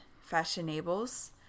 Fashionable's